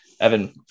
Evan